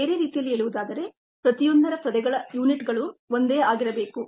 ಬೇರೆ ರೀತಿಯಲ್ಲಿ ಹೇಳುವುದಾದರೆ ಪ್ರತಿಯೊಂದರ ಪದಗಳ ಯೂನಿಟ್ಸಗಳು ಒಂದೇ ಆಗಿರಬೇಕು